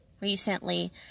recently